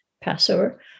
Passover